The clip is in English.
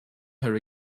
her